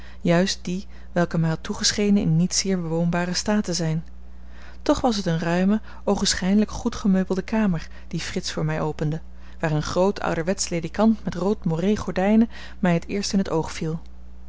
juist die welke mij had toegeschenen in niet zeer bewoonbaren staat te zijn toch was het eene ruime oogenschijnlijk goed gemeubelde kamer die frits voor mij opende waar een groot ouderwetsch ledikant met rood moré gordijnen mij het eerst in t oog viel